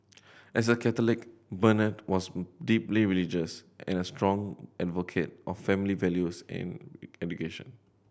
as a Catholic Bernard was deeply religious and a strong advocate of family values and education